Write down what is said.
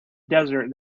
desert